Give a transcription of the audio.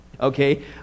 Okay